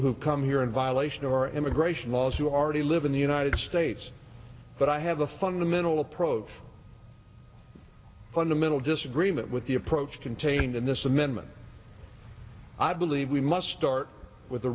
who come here in violation of our immigration laws who already live in the united states but i have a fundamental approach fundamental disagreement with the approach contained in this amendment i believe we must start with the